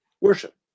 worship